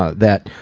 ah that,